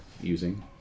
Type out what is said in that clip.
using